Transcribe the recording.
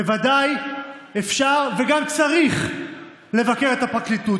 בוודאי אפשר וגם צריך לבקר את הפרקליטות.